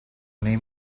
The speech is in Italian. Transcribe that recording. nei